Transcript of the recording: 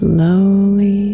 Slowly